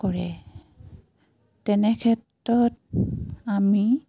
কৰে তেনেক্ষেত্ৰত আমি